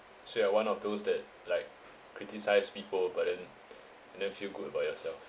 so you are one of those that like criticise people but then and then feel good about yourself